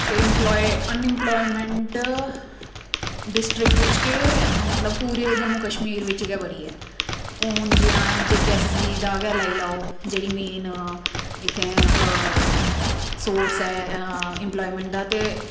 ते employ unemployment district बिच्च केह् मतलव पूरे जम्मू कशमीर बिच्च गै बड़ी ऐ हून जि'यां जेकेएसएसबी गै लाई लेओ जेह्ड़ी मेन इत्थें सोर्स ऐ इम्पलॉयमैंट दा ते